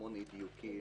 המון אי-דיוקים.